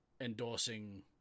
endorsing